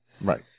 Right